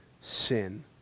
sin